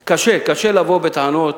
קשה, קשה לבוא בטענות